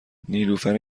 نیلوفر